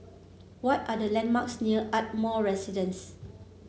what are the landmarks near Ardmore Residence